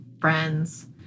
friends